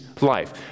life